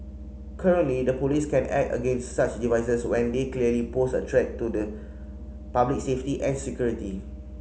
currently the police can act against such devices when they clearly pose a threat to the public safety and security